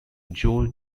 joe